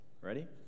Ready